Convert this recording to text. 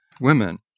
women